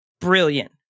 Brilliant